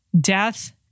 death